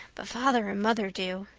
but father and mother do.